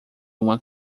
uma